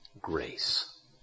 grace